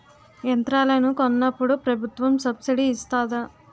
యంత్రాలను కొన్నప్పుడు ప్రభుత్వం సబ్ స్సిడీ ఇస్తాధా?